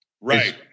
Right